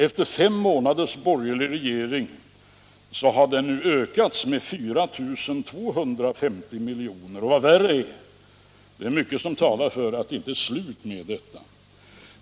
Efter fem månaders borgerlig regering har den nu ökat med 4 250 milj.kr. Men vad värre är, det är mycket som talar för att det inte är slut med detta.